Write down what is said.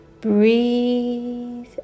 Breathe